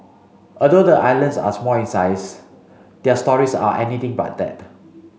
although the islands are small in size their stories are anything but that